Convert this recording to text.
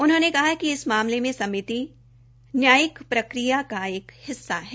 उन्होंने कहा कि इस मामले में समिति न्यायिक प्रक्रिया का एक हिस्सा है